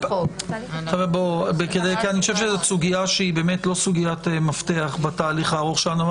--- אני חושב שזאת סוגיה שהיא לא סוגיית מפתח בתהליך הארוך שלנו.